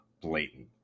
blatant